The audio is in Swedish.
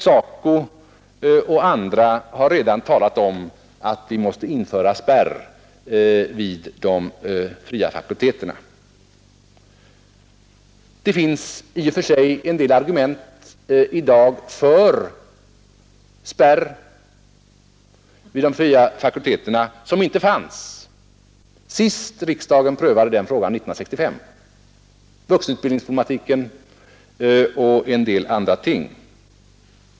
SACO och andra har redan talat om att vi måste införa spärr vid dem. I och för sig finns i dag en del argument för spärr vid de fria fakulteterna, vilka inte fanns när riksdagen senast prövade den frågan 1965. Till dessa kan man räkna vuxenutbildningsproblematiken och en del andra ting.